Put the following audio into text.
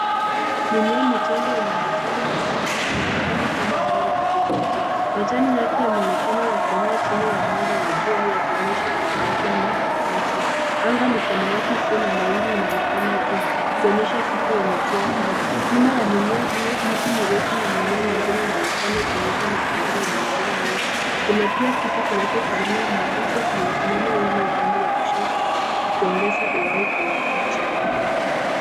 Mimea michanga yenye majani mabichi, inaonekana kama dawa ya kienyeji. Majani yake yanaonekana yakingaa chini ya mwanga wa jua yakionesha afya na ubichi. Anga ni samawati isyio na mawingu inaonekana juu. Ikionyesha siku yenye jua kali. Nyuma ya mimea hiyo, miti mirefu na mimea mingine inaonekana ikionyesha mazingira yenye mimea mingi. Kuna pia kitu kinachofanana na kitu kimesimama wima upande wa kushoto, kikiongeza uhai kwenye picha.